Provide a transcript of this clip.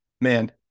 Man